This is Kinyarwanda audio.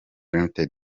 ltd